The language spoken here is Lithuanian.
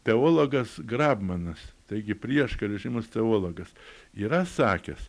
teologas grabmanas taigi prieškario žymus teologas yra sakęs